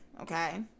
okay